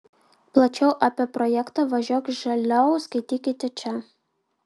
plačiau apie projektą važiuok žaliau skaitykite čia